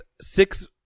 six